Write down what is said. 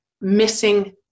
missing